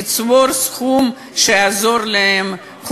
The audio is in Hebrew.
לצבור סכום חודשי שיעזור להם,